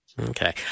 Okay